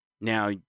Now